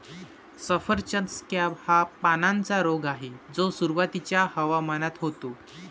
सफरचंद स्कॅब हा पानांचा रोग आहे जो सुरुवातीच्या हवामानात होतो